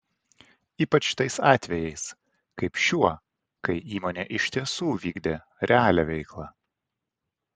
ypač tais atvejais kaip šiuo kai įmonė iš tiesų vykdė realią veiklą